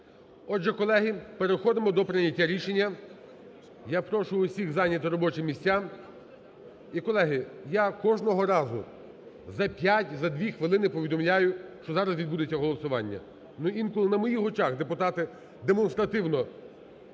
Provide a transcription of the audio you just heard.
Отже, колеги, переходимо до прийняття рішення. Я прошу всіх зайняти робочі місця. І, колеги, я кожного разу за п'ять, за дві хвилини повідомляю, що зараз відбудеться голосування. Но інколи на моїх очах депутати демонстративно